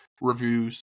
reviews